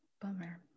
Bummer